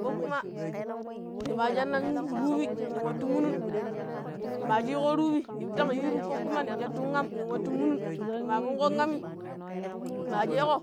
ko kuma nimaa chajannan ruubi nin wattu munun maa chijii ƙho ruubii nittank yiiru ko kuma nin schattun am nin waattu munun, nimaa mun ƙhon ami maachjee ƙho